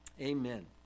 Amen